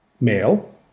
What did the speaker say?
male